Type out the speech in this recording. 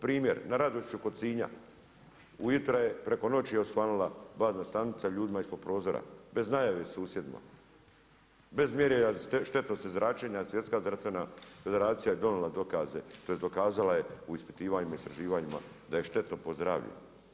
Primjer, na … kod Sinja, ujutra je preko noći osvanula bazna stanica ljudima ispod prozora, bez najave susjedima, bez mjerenja štetnosti zračenja Svjetska zdravstvena federacija je donijela dokaze tj. dokazala je u ispitivanjima i istraživanjima da je štetno po zdravlje.